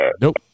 nope